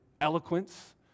eloquence